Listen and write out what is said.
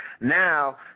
Now